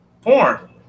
Porn